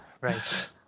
Right